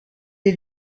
est